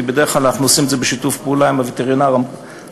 כי בדרך כלל אנחנו עושים את זה בשיתוף פעולה עם הווטרינר העירוני,